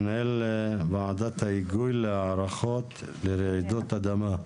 מנהל ועד ההיגוי להיערכות לרעידות אדמה.